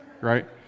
right